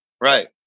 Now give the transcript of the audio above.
Right